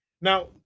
now